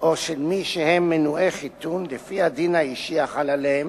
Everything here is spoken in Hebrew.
או של מי שהם מנועי חיתון לפי הדין האישי החל עליהם,